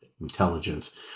intelligence